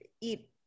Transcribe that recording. eat